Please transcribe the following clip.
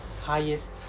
highest